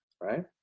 right